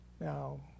Now